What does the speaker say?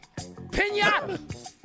Pinata